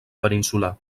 peninsular